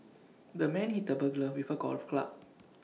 the man hit the burglar with A golf club